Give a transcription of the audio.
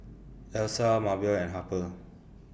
Elsa Maebell and Harper